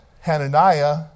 Hananiah